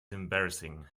embarrassing